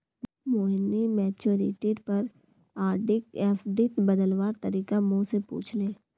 मोहिनी मैच्योरिटीर पर आरडीक एफ़डीत बदलवार तरीका मो से पूछले